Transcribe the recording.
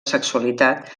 sexualitat